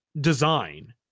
design